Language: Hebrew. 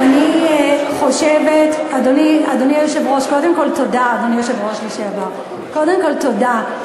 אדוני היושב-ראש לשעבר, קודם כול, תודה.